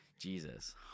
Jesus